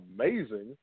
amazing